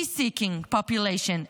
peace-seeking population,